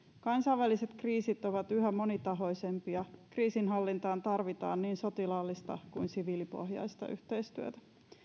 kansainväliset kriisit ovat yhä monitahoisempia kriisinhallintaan tarvitaan niin sotilaallista kuin siviilipohjaista yhteistyötä